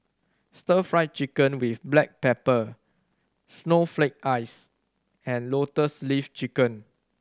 Stir Fry Chicken with black pepper snowflake ice and Lotus Leaf Chicken